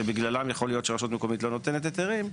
שבגללן יכול להיות שרשות מקומית לא נותנת היתרים,